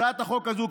הצעת החוק הזו,